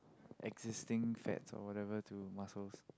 existing fats or whatever to muscles